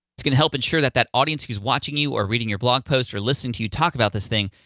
it's gonna help ensure that that audience who's watching you or reading your blog posts or listening to you talk about this thing,